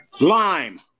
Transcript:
lime